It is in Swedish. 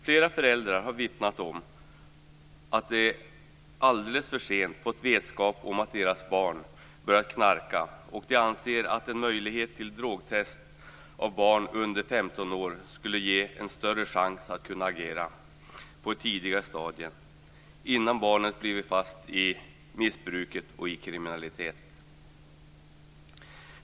Flera föräldrar har vittnat om att de alldeles för sent fått vetskap om att deras barn börjat knarka, och de anser att en möjlighet till drogtest av barn under 15 år skulle ge dem en större chans att kunna agera på ett tidigare stadium, innan barnet blivit fast i missbruk och kriminalitet.